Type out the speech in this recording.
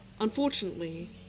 Unfortunately